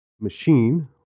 machine